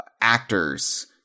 actors